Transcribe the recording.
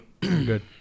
Good